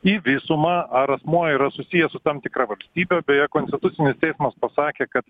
į visumą ar asmuo yra susijęs su tam tikra valstybe beje konstitucinis teismas pasakė kad